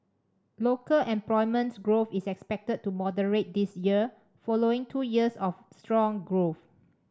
local employment growth is expected to moderate this year following two years of strong growth